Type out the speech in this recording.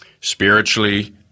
Spiritually